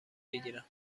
بگیرم